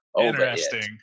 Interesting